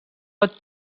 pot